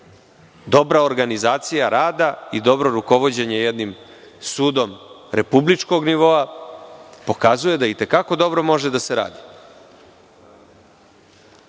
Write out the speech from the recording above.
dobra organizacija rada, dobro rukovođenje jednim sudom republičkog nivoa, pokazuje da i te kako dobro može da se radi.